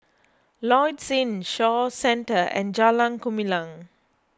Lloyds Inn Shaw Centre and Jalan Gumilang